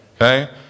okay